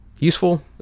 useful